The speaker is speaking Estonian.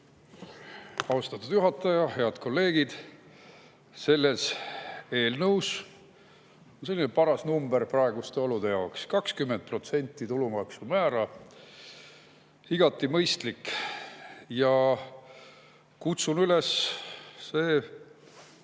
Austatud juhataja! Head kolleegid! Selles eelnõus on selline paras number praeguste olude jaoks: 20% tulumaksumäära. Igati mõistlik. Kutsun üles praegu